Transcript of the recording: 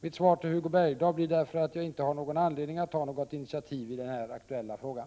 Mitt svar till Hugo Bergdahl blir därför att jag inte har någon anledning att ta något initiativ i den aktuella frågan.